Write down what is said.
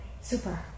Super